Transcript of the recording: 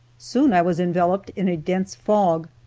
soon i was enveloped in a dense fog,